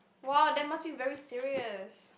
!wow! that must be very serious